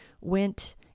Went